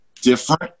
different